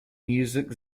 music